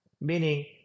meaning